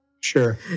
Sure